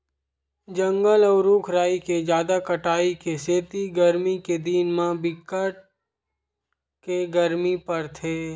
जंगल अउ रूख राई के जादा कटाई के सेती गरमी के दिन म बिकट के गरमी परथे